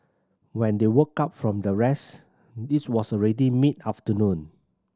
when they woke up from their rest it was already mid afternoon